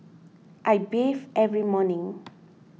I bathe every morning